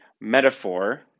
metaphor